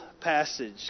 passage